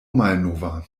malnova